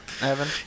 Evan